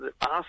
ask